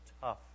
tough